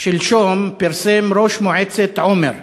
שלשום פרסם ראש מועצת עומר,